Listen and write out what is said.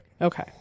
okay